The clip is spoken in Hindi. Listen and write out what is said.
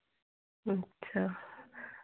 अच्छा